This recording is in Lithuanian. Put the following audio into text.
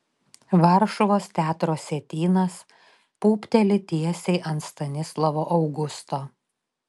varšuvos teatro sietynas pūpteli tiesiai ant stanislovo augusto